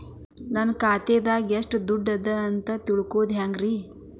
ನನ್ನ ಖಾತೆದಾಗ ಎಷ್ಟ ದುಡ್ಡು ಅದ ಅಂತ ತಿಳಿಯೋದು ಹ್ಯಾಂಗ್ರಿ?